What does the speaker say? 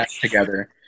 together